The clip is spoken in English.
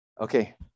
okay